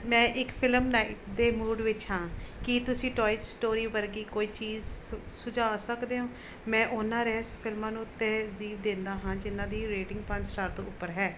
ਮੈਂ ਇੱਕ film night ਦੇ ਮੂਡ ਵਿੱਚ ਹਾਂ ਕੀ ਤੁਸੀਂ ਟੋਆਏ ਸਟੋਰੀ ਵਰਗੀ ਕੋਈ ਚੀਜ਼ ਸੁਝਾ ਸਕਦੇ ਹੋ ਮੈਂ ਉਹਨਾਂ ਰਹੱਸ ਫਿਲਮਾਂ ਨੂੰ ਤਰਜੀਹ ਦਿੰਦਾ ਹਾਂ ਜਿਨ੍ਹਾਂ ਦੀ ਰੇਟਿੰਗ ਪੰਜ ਸਟਾਰ ਤੋਂ ਉੱਪਰ ਹੈ